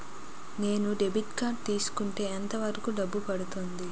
నేను debit card తీసుకుంటే ఎంత వరకు డబ్బు పడుతుంది?